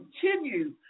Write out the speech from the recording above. continue